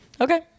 okay